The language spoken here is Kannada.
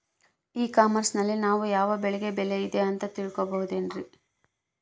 ಇ ಕಾಮರ್ಸ್ ನಲ್ಲಿ ನಾವು ಯಾವ ಬೆಳೆಗೆ ಬೆಲೆ ಇದೆ ಅಂತ ತಿಳ್ಕೋ ಬಹುದೇನ್ರಿ?